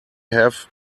have